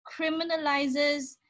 criminalizes